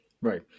Right